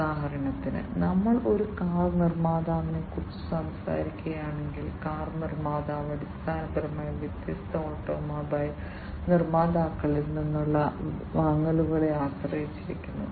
ഉദാഹരണത്തിന് നമ്മൾ ഒരു കാർ നിർമ്മാതാവിനെക്കുറിച്ചാണ് സംസാരിക്കുന്നതെങ്കിൽ കാർ നിർമ്മാതാവ് അടിസ്ഥാനപരമായി വ്യത്യസ്ത ഓട്ടോമൊബൈൽ നിർമ്മാതാക്കളിൽ നിന്നുള്ള വാങ്ങലുകളെ ആശ്രയിച്ചിരിക്കുന്നു